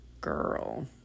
girl